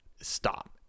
stop